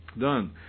done